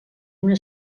una